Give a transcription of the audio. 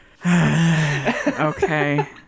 Okay